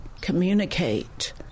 communicate